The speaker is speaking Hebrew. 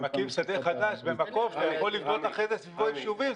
אתה מקים שדה חדש במקום שאתה יכול לבנות אחרי זה סביבו יישובים.